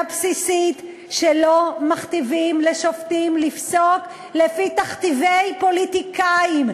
בסיסית שלא מכתיבים לשופטים לפסוק לפי תכתיבי פוליטיקאים.